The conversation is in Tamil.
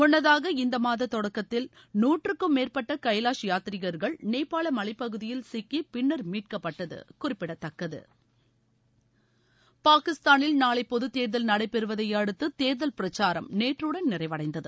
முன்னதாக இந்த மாத தொடக்கத்தில் நூற்றுக்கும் மேற்பட்ட கைலாஷ் யாத்திரிகர்கள் நேபாள மலைப்பகுதியில் சிக்கி பின்னர் மீட்கப்பட்டது குறிப்பிடத்தக்கது பாகிஸ்தானில் நாளை பொது தேர்தல் நடைபெறுவதை அடுத்து தேர்தல் பிரச்சாரம் நேற்றுடன் நிறைவடைந்தது